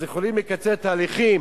אז יכולים לקצר תהליכים,